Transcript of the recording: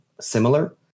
similar